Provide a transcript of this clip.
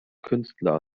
künstler